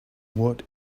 what